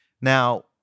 Now